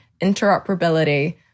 interoperability